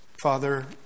Father